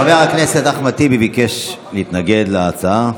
חבר הכנסת אחמד טיבי ביקש להתנגד להצעה.